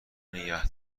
نگه